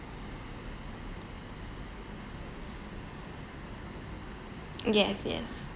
yes yes